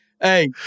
Hey